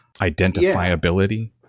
identifiability